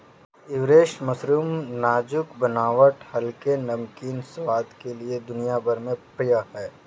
oyster mushroom नाजुक बनावट हल्के, नमकीन स्वाद के लिए दुनिया भर में प्रिय है